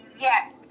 Yes